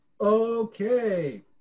Okay